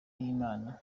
y’imana